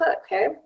okay